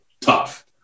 tough